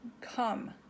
come